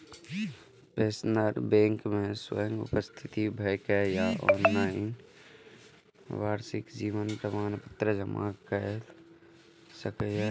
pensioner bank मे स्वयं उपस्थित भए के या ऑनलाइन वार्षिक जीवन प्रमाण पत्र जमा कैर सकैए